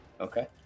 Okay